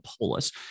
polis